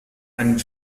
einen